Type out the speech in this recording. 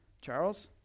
Charles